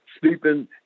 sleeping